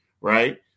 right